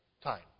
time